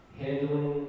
handling